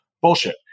bullshit